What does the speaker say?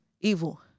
evil